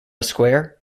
square